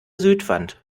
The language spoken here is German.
südwand